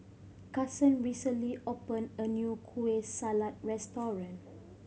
Kasen recently opened a new Kueh Salat restaurant